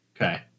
Okay